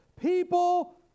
People